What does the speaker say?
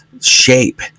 shape